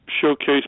showcase